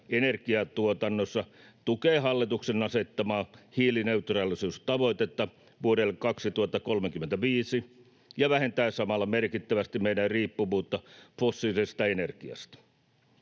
energiantuotannossa tukee hallituksen asettamaa hiilineutraalisuustavoitetta vuodelle 2035 ja vähentää samalla merkittävästi meidän riippuvuuttamme fossiilisesta energiasta.